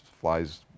flies